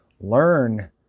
learn